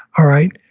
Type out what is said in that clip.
all right?